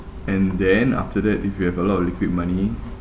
and then after that if you have a lot of liquid money